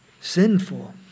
sinful